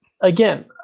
again